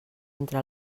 entre